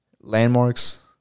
landmarks